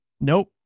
Nope